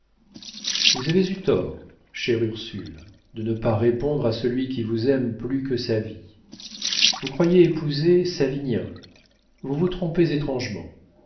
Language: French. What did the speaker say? vous avez eu tort chère ursule de ne pas répondre à celui qui vous aime plus que sa vie vous croyez épouser savinien vous vous trompez étrangement